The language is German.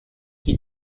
die